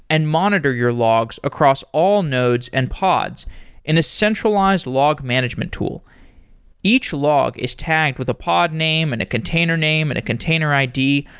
and monitor your logs across all nodes and pods in a centralized log management tool each log is tagged with the pod name, and a container name, and a container id,